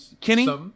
Kenny